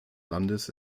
landes